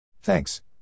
Thanks